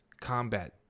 combat